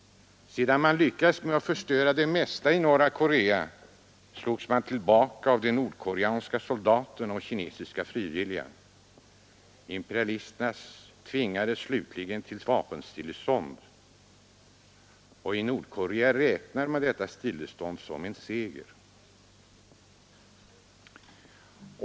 Sedan man lyckats med att förstöra det mesta i Nordkorea, slogs man tillbaka av de nordkoreanska soldaterna och kinesiska frivilliga. Imperialisterna tvingades slutligen till vapenstillestånd. Nordkorea räknade detta stillestånd som en seger.